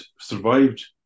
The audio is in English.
survived